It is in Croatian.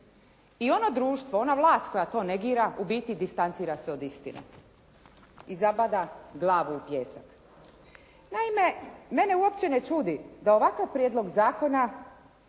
I ono društvo, ona vlast koja to negira u biti distancira se od istine i zabada glavu u pijesak. Naime, mene uopće ne čudi da ovakav prijedlog zakona,